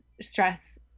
stress